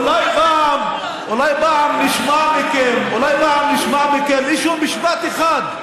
אולי פעם נשמע מכם משפט אחד,